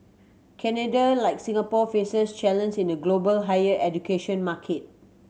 Canada like Singapore faces challenge in a global higher education market